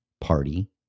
party